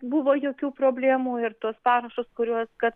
buvo jokių problemų ir tuos parašus kuriuos kad